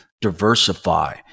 diversify